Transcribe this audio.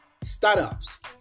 startups